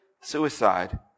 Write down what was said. suicide